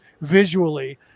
visually